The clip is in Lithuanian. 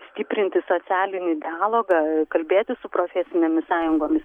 stiprinti socialinį dialogą kalbėtis su profesinėmis sąjungomis